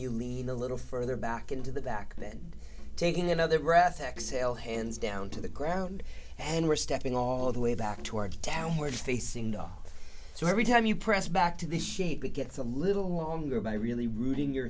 you lean a little further back into the back and taking another breath exhale hands down to the ground and were stepping all the way back towards downward facing dog so every time you press back to the shape it gets a little longer by really rooting your